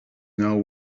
now